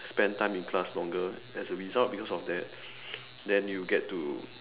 spend time in class longer as a result because of that then you get to